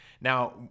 now